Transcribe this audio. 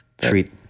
treat